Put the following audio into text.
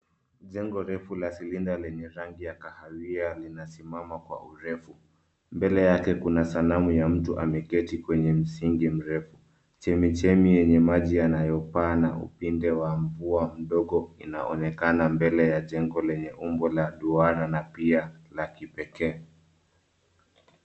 Jengo refu la silinda lenye rangi ya kahawia linasimama kwa urefu. Mbele yake kuna sanamu ya mtu ameketi kwenye msingi mrefu. Chemichemi yenye maji yanayopaa na upinde wa mvua mdogo inaonekana mbele ya jengo lenye umbo la duara na pia la kipekee.